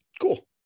Cool